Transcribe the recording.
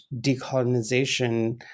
decolonization